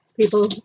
people